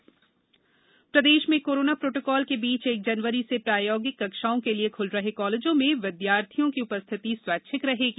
corona college प्रदेश में corona protocol के बीच एक जनवरी से प्रायोगिक कक्षाओं के लिए खुल रहे कॉलेजों में छात्रों की उपस्थिति स्वैच्छिक रहेगी